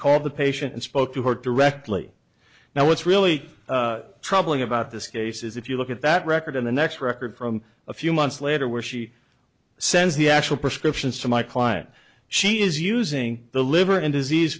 called the patient and spoke to her directly now what's really troubling about this case is if you look at that record in the next record from a few months later where she sends the actual prescriptions to my client she is using the liver in disease